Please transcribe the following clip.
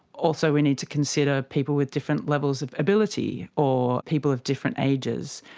also we need to consider people with different levels of ability or people of different ages.